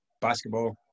basketball